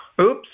Oops